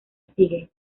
sigue